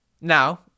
Now